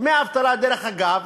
דמי אבטלה, דרך אגב,